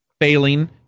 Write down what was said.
failing